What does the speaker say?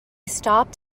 stopped